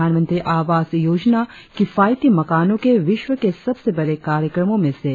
प्रधानमंत्री आवास योजना किफायती मकानों के विश्व के सबसे बड़े कार्यक्रमों में से एक है